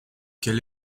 quel